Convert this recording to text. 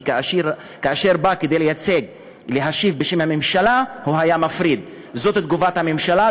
כי כאשר הוא היה בא להשיב בשם הממשלה הוא היה מפריד: זאת תגובת הממשלה,